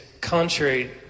contrary